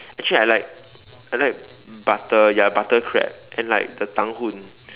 actually I like I like butter ya butter crab and like the tang-hoon